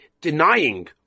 denying